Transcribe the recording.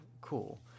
cool